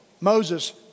Moses